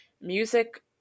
music